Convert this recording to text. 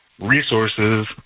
resources